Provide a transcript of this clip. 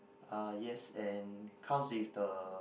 uh yes and comes with the